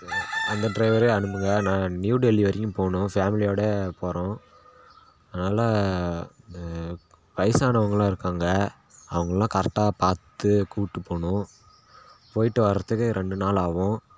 அந்த ட்ரைவரே அனுப்புங்கள் நான் நியூடெல்லி வரைக்கும் போணும் ஃபேமிலியோட போறோம் அதனால இந்த வயசானவங்கள் எல்லாம் இருக்காங்கள் அவங்களலாம் கரெக்டாக பார்த்து கூப்பிட்டு போகணும் போய்ட்டு வர்றத்துக்கே ரெண்டு நாள் ஆகும்